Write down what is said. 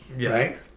right